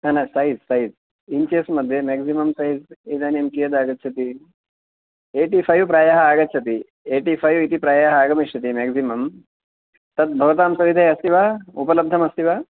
न न size size inches मध्ये म्याक्सिमम् सैज़् इदानीं कियदागच्छति एटि फ़ै प्रायः आगच्छति एटि फ़ै इति प्रायः आगमिष्यति म्याक्सिमम् तत् भवतां सविधे अस्ति वा उपलब्धम् अस्ति वा